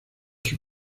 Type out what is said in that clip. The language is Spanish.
sus